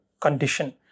condition